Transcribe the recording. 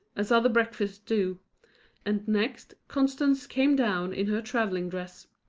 as other breakfasts do and next, constance came down in her travelling dress.